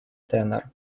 тенор